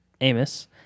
Amos